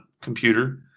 computer